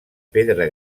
pedra